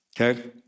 Okay